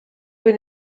bin